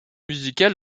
musical